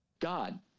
God